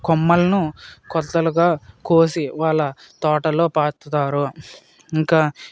కొమ్మల్ను కొద్దలుగా కోసి వాళ్ళ తోటలో పాతుతారు ఇంకా